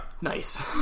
nice